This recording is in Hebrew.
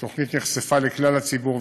התוכנית נחשפה לכלל הציבור,